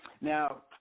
Now